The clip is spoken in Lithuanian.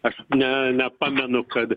aš ne nepamenu kad